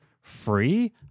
free